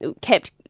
kept